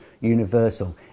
universal